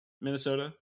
Minnesota